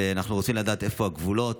אנחנו רוצים לדעת איפה הגבולות.